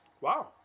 wow